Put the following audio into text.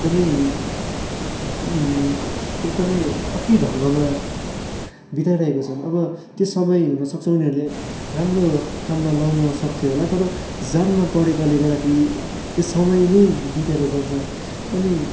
एकदमै एकदमै अर्कै ढङ्गमा बिताइरहेको छन् अब त्यो समय हुनसक्छ उनीहरूले राम्रो काममा लाउन सक्थे होला तर जाममा परेकोले गर्दाखेरि त्यो समय नै बितेर जान्छ अनि